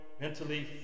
Mentally